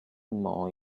more